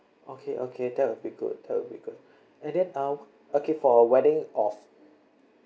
okay okay that will be good that will be good and then uh okay for a wedding of